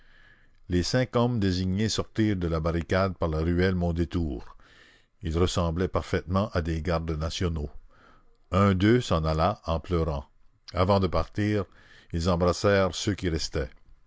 les cinq hommes désignés sortirent de la barricade par la ruelle mondétour ils ressemblaient parfaitement à des gardes nationaux un d'eux s'en alla en pleurant avant de partir ils embrassèrent ceux qui restaient